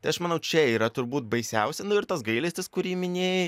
tai aš manau čia yra turbūt baisiausia nu ir tas gailestis kurį minėjai